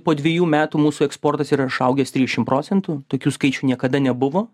po dviejų metų mūsų eksportas yra išaugęs triišim procentų tokių skaičių niekada nebuvo